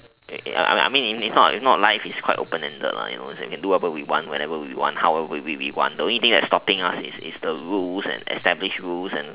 I mean I mean if not life is quite a open ended like you know you can do whatever we want whenever we want however we want the only thing stopping us is the rules the established rules and